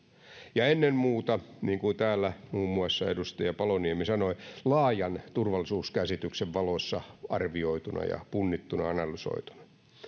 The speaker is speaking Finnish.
ennen muuta niin kuin täällä muun muassa edustaja paloniemi sanoi laajan turvallisuuskäsityksen valossa arvioituna punnittuna ja analysoituna